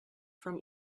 from